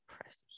Press